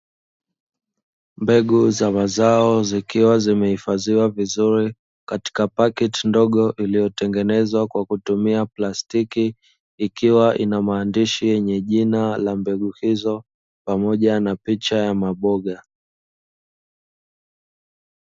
Mbegu za mazao zikiwa zimeifadhiwa vizuri, katika pakiti ndogo iliyotengenezwa kwa kutumia plastiki, ikiwa ina maandishi yenye jina la mbegu hizo pamoja na picha ya maboga.